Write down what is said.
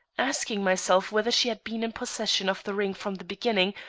asking myself whether she had been in possession of the ring from the beginning,